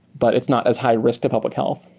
but it's not as high risk to public health.